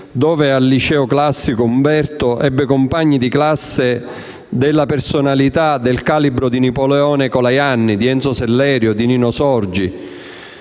dove al Liceo classico «Umberto I» ebbe compagni di classe della personalità e del calibro di Napoleone Colajanni, Enzo Sellerio, Nino Sorgi.